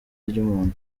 ry’umuntu